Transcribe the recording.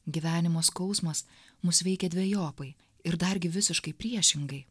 gyvenimo skausmas mus veikia dvejopai ir dargi visiškai priešingai